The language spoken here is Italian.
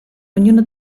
ognuno